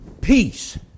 peace